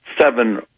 seven